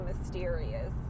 mysterious